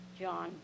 John